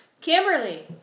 Kimberly